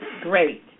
Great